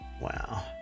Wow